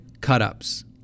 cut-ups